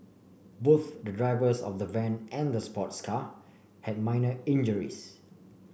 both the drivers of the van and the sports car had minor injuries